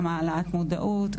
גם העלאת מודעות,